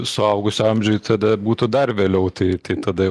suaugusio amžiuje tada būtų dar vėliau tai tai tada